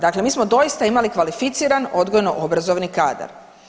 Dakle, mi smo doista imali kvalificiran odgojno obrazovni kadar.